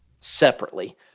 separately